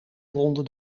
ronde